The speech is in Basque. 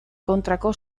kontrako